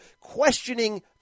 Questioning